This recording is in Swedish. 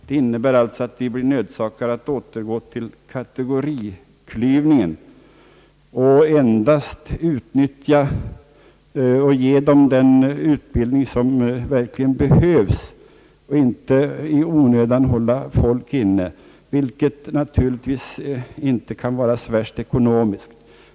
Det innebär alltså att vi blir nödsakade att återgå till kategoriklyvningen och endast ge de värnpliktiga den utbildning som verkligen behövs så att inte människor i onödan skall behöva vara inkallade till militärtjänstgöring, vilket naturligtvis inte kan vara så värst ekonomiskt.